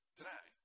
today